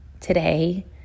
today